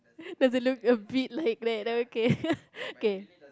does they look a bit like there okay